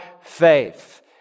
faith